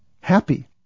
happy